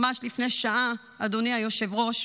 ממש לפני שעה, אדוני היושב-ראש,